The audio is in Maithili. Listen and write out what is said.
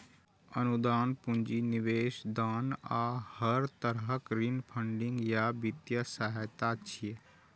अनुदान, पूंजी निवेश, दान आ हर तरहक ऋण फंडिंग या वित्तीय सहायता छियै